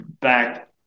back